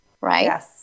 right